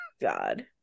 God